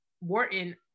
Wharton